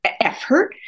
effort